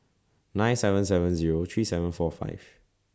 nine seven seven Zero three seven four five